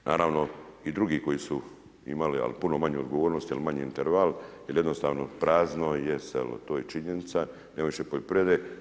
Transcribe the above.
Naravno i drugi koji su imali, ali puno manju odgovornost, jel je manji interval, jer jednostavno prazno je selo, to je činjenica, nema više poljoprivrede.